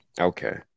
Okay